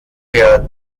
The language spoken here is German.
der